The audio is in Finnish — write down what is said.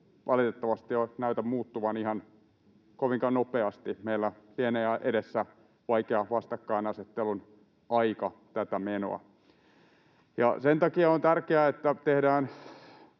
valitettavasti näytä muuttuvan ihan kovinkaan nopeasti. Meillä lienee edessä vaikea vastakkainasettelun aika tätä menoa. Sen takia on tärkeää, että tehdään